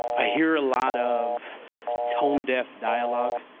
i hear a lot of tone-deaf dialogue